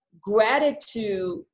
gratitude